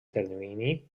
termini